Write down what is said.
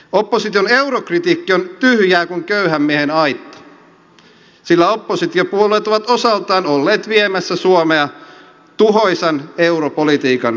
opposition eurokritiikki on tyhjää kuin köyhän miehen aitta sillä oppositiopuolueet ovat osaltaan olleet viemässä suomea tuhoisan europolitiikan syövereihin